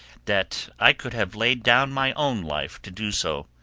that i could have laid down my own life to do so.